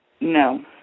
No